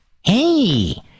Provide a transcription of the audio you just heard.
hey